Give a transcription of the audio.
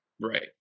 Right